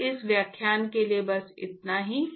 तो यहां रुकते है